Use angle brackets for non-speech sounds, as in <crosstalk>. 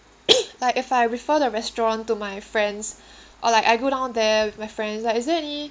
<coughs> like if I refer the restaurant to my friends <breath> or like I go down there my friends like is there any